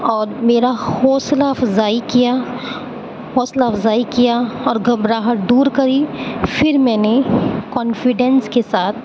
اور میرا حوصلہ افزائی کیا حوصلہ افزائی کیا اور گھبراہٹ دور کری پھر میں نے کانفیڈنس کے ساتھ